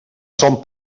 son